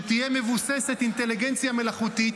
שתהיה מבוססת אינטליגנציה מלאכותית,